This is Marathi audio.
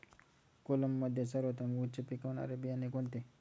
कोलममध्ये सर्वोत्तम उच्च पिकणारे बियाणे कोणते?